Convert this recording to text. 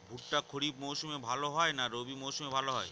ভুট্টা খরিফ মৌসুমে ভাল হয় না রবি মৌসুমে ভাল হয়?